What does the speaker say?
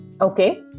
Okay